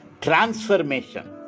transformation